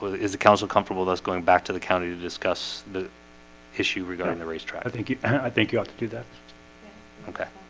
is the council comfortable that's going back to the county to discuss the issue regarding the racetrack. thank you i think you ought to do that okay,